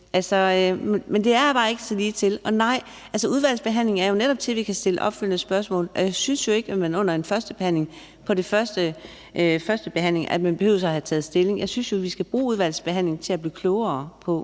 Men det er bare ikke så ligetil. Og nej, udvalgsbehandlingen er jo netop til, at vi kan stille opfølgende spørgsmål, og jeg synes jo ikke, at man til en førstebehandling behøver at have taget stilling. Jeg synes jo, vi skal bruge udvalgsbehandlingen til at blive klogere på,